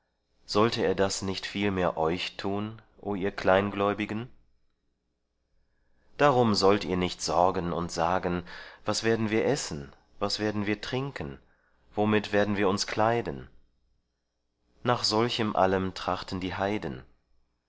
sollte er das nicht viel mehr euch tun o ihr kleingläubigen darum sollt ihr nicht sorgen und sagen was werden wir essen was werden wir trinken womit werden wir uns kleiden nach solchem allem trachten die heiden